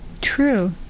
True